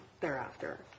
thereafter